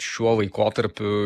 šiuo laikotarpiu